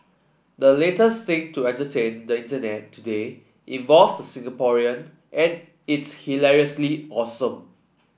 the latest thing to entertain the Internet today involves Singaporean and it's hilariously awesome